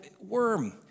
worm